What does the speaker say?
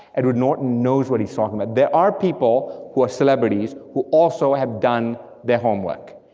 edward norton knows what he's talking about, there are people who are celebrities who also have done their homework.